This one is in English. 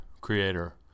creator